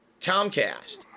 comcast